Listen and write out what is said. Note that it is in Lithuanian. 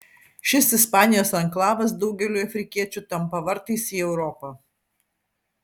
šis ispanijos anklavas daugeliui afrikiečių tampa vartais į europą